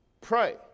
pray